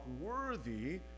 worthy